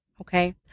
Okay